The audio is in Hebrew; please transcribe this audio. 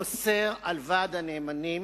אוסר על ועד הנאמנים